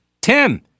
Tim